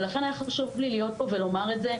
ולכן היה חשוב לי להיות פה ולומר את זה.